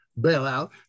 bailout